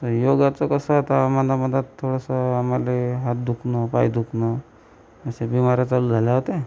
आता योगाचं कसं आहे आता आम्हाला मधात थोडासा आम्हाला हात दुखणं पाय दुखणं असे बीमाऱ्या चालू झाल्या होत्या